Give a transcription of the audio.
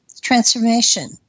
transformation